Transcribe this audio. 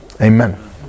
Amen